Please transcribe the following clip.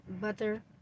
butter